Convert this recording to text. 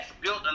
built